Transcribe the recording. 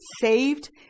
saved